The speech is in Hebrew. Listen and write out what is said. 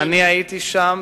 אני הייתי שם.